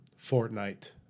Fortnite